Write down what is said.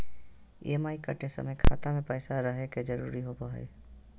EMI कटे समय खाता मे पैसा रहे के जरूरी होवो हई